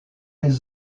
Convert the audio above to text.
les